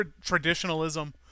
traditionalism